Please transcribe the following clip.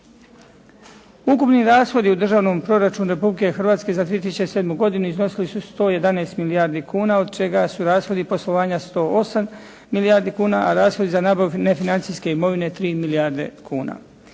Ukupni rashodi u Državnom proračunu Republike Hrvatske za 2007. godinu iznosili su 111 milijardi kuna, od čega su rashodi poslovanja 108 milijardi kuna, a rashodi za nabavu nefinancijske imovine 3 milijarde kuna.